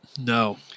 No